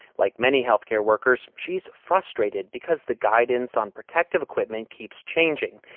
like many health care workers, she's frustrated because the guidance on protective equipment keeps changing.